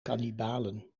kannibalen